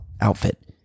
outfit